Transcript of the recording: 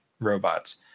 robots